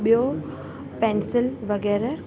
ॿियो पैंसिल वग़ैरह